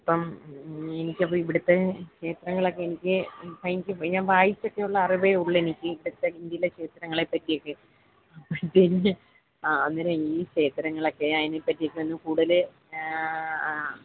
ഇപ്പോള് എനിക്കപ്പോള് ഇവിടത്തെ ക്ഷേത്രങ്ങളൊക്കെ എനിക്ക് ഭയങ്കര ഞാൻ വായിച്ചിട്ടുള്ള അറിവേ ഉള്ളെനിക്ക് തെക്കൻ ജില്ല ക്ഷേത്രങ്ങളെ പറ്റിയൊക്കെ അപ്പഴത്തേ എൻ്റെ ആ അങ്ങനെ ഈ ക്ഷേത്രങ്ങളൊക്കെ അതിനെപ്പറ്റിയൊക്കെ ഒന്ന് കൂടുതല് ആ